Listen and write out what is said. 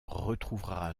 retrouvera